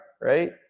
right